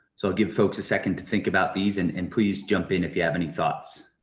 so give folks a second to think about these, and and please jump in if you have any thoughts.